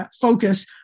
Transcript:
focus